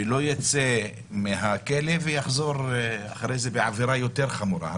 שלא ייצא מהכלא ויחזור אחרי זה בעבירה יותר חמורה.